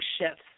shifts